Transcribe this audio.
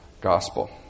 gospel